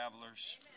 Travelers